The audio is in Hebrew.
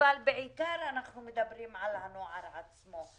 אבל בעיקר אנחנו מדברים על הנוער עצמו.